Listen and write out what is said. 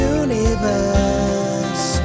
universe